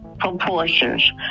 proportions